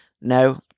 No